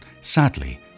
sadly